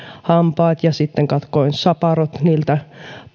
hampaat ja sitten katkoin saparot niiltä